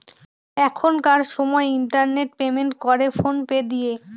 এখনকার সময় internet payment করে ফোন পে দিয়ে